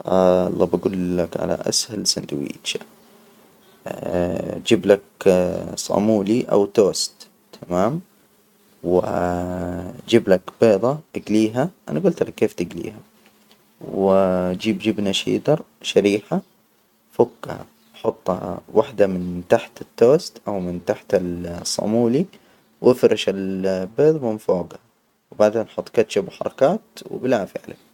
الله بجولك على أسهل ساندويشة. أجيب لك صامولي أو توست تمام؟ و وأجيب لك بيضة إجليها، أنا جلت لك كيف تجليها؟ و وأجيب جبنة شيدر شريحة، فكها حطها وحدة من تحت التوست، أو من تحت ال- الصامولي وافرش البيض من فوج، وبعدين حط كاتشب وحركات وبالعافية عليك.